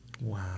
Wow